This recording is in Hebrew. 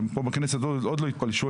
פה בכנסת עוד לא פלשו,